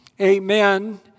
Amen